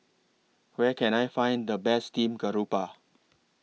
Where Can I Find The Best Steamed Garoupa